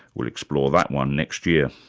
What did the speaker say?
we'll explore that one next year.